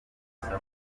usabwa